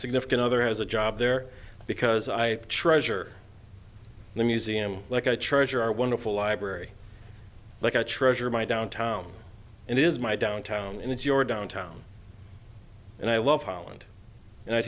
significant other has a job there because i treasure the museum like i treasure our wonderful library like i treasure my downtown and it is my downtown and it's your downtown and i love holland and i'd